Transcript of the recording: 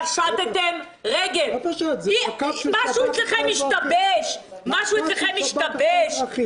פשטתם רגל ------- משהו אצלכם השתבש ------- אני